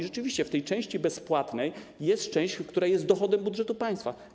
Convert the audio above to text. Rzeczywiście w tej części bezpłatnej jest część, która jest dochodem budżetu państwa.